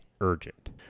urgent